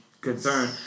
concern